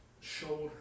shoulder